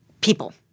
people